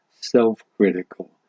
self-critical